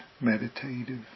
meditative